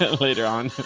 later on.